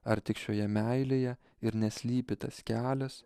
ar tik šioje meilėje ir neslypi tas kelias